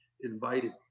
invited